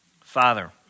Father